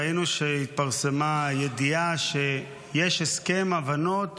ראינו שהתפרסמה ידיעה שיש הסכם הבנות